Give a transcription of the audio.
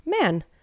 man